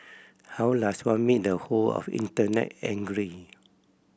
how does one make the whole of Internet angry